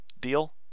deal